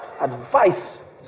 Advice